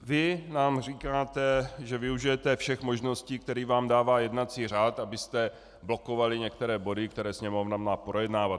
Vy nám říkáte, že využijete všech možností, které vám dává jednací řád, abyste blokovali některé body, které Sněmovna má projednávat.